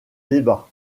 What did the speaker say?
débats